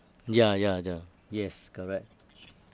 ya ya the yes correct